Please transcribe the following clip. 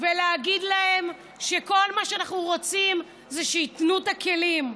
ולהגיד להן שכל מה שאנחנו רוצים זה שייתנו את הכלים,